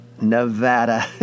Nevada